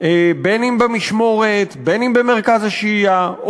אם במשמורת ואם במרכז השהייה,